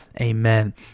Amen